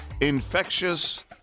infectious